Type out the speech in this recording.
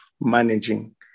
managing